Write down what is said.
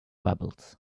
bubbles